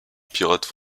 pirates